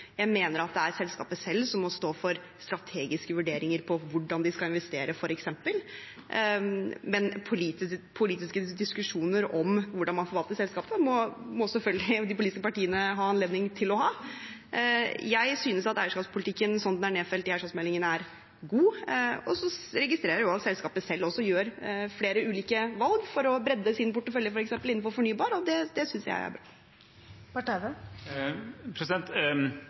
selskapet selv som må stå for strategiske vurderinger, f.eks. av hvordan de skal investere, men politiske diskusjoner om hvordan man forvalter selskapet, må selvfølgelig de politiske partiene ha anledning til å ha. Jeg synes at eierskapspolitikken, slik den er nedfelt i eierskapsmeldingen, er god, og så registrerer jeg at selskapet selv gjør flere ulike valg for å bredde sin portefølje, f.eks. innenfor fornybar, og det synes jeg er bra. Espen Barth Eide